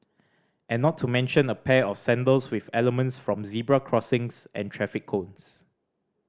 and not to mention a pair of sandals with elements from zebra crossings and traffic cones